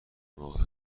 موقع